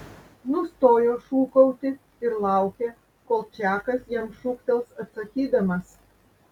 nustojo šūkauti ir laukė kol čakas jam šūktels atsakydamas